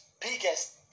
biggest